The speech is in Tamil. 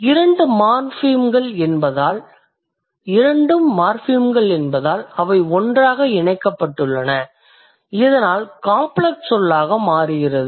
இரண்டும் மார்ஃபிம்கள் என்பதால் அவை ஒன்றாக இணைக்கப்பட்டுள்ளன இதனால் காம்ப்ளக்ஸ் சொல்லாக மாறுகிறது